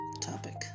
topic